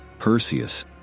Perseus